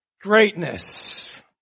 greatness